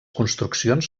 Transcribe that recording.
construccions